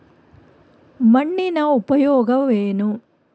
ಮಣ್ಣಿನ ಉಪಯೋಗವೇನು?